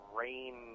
rain